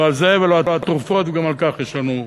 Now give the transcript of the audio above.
לא על זה ולא על תרופות, וגם על כך יש לנו חוק.